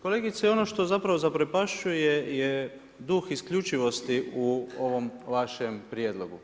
Kolegice ono što zapravo zaprepašćuje je duh isključivosti u ovom vašem prijedlogu.